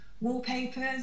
wallpapers